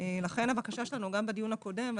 לכן הבקשה שלנו גם בדיון הקודם,